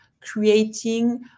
creating